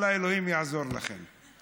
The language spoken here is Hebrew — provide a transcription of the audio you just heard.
ואללה, אלוהים יעזור לכם.